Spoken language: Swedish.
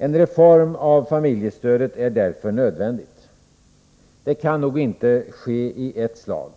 I En reform av familjestödet är därför nödvändig. Den kan nog inte ske i ett | slag,